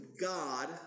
God